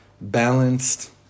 balanced